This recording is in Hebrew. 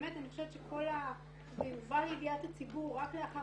באמת אני חושבת שזה הובא לידיעת הציבור רק לאחר